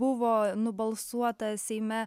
buvo nubalsuota seime